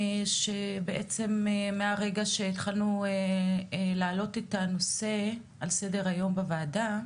שבעצם מהרגע שהתחלנו להעלות את הנושא על סדר היום בוועדה,